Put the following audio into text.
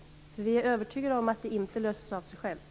Vi är nämligen övertygade om att det inte löses av sig självt.